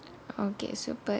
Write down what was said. okay so but